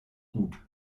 gut